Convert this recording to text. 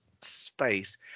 space